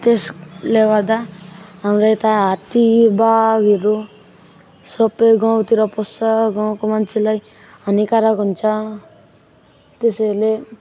त्यसले गर्दा हाम्रो यता हात्ती बाघहरू सब गाउँतिर पस्छ गाउँको मान्छेलाई हानीकारक हुन्छ त्यसैले